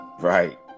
Right